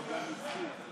נתקבלו.